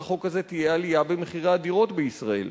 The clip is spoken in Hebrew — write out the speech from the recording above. החוק הזה תהיה עלייה במחירי הדירות בישראל.